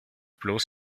bloß